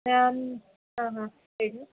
ಯಾನ್ ಹಾಂ ಹಾಂ ಏನು